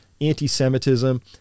anti-Semitism